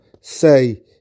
say